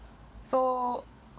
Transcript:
so